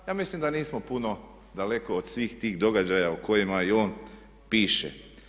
Ja mislim da nismo puno daleko od svih tih događaja o kojima i on piše.